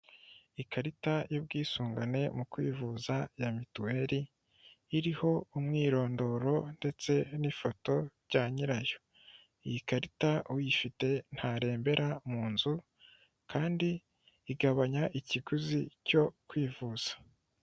Ikarita y'ubwisungane mu kwivuza ya mituweri, iriho umwirondoro ndetse n'ifoto bya nyirayo. Iyi karita uyifite ntarembera mu nzu kandi igabanya ikiguzi cyo kwivuza.